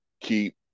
keep